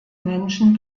menschen